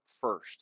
first